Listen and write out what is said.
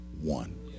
one